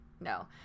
no